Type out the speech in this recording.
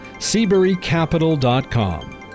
SeaburyCapital.com